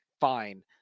fine